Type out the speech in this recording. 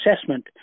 assessment